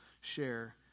share